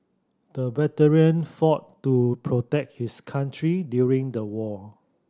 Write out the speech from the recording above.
the veteran fought to protect his country during the war